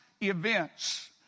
events